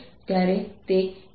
તેથી આ સમાન છે